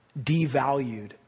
devalued